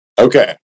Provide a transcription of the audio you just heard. Okay